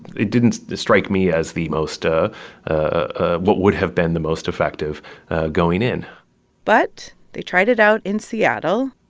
it didn't strike me as the most ah ah what would have been the most effective going in but they tried it out in seattle.